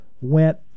went